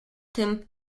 tym